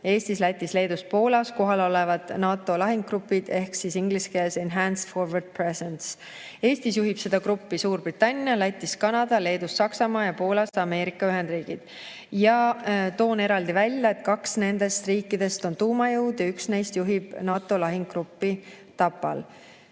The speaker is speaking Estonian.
Eestis, Lätis, Leedus, Poolas kohal olevad NATO lahingugrupid ehk inglise keelesenhanced forward presence. Eestis juhib seda gruppi Suurbritannia, Lätis Kanada, Leedus Saksamaa ja Poolas Ameerika Ühendriigid. Toon eraldi välja, et kaks nendest riikidest on tuumajõud ja üks neist juhib NATO lahingugruppi Tapal.